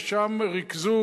ושם ריכזו,